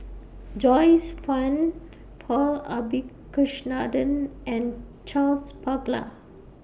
Joyce fan Paul Abisheganaden and Charles Paglar